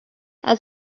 and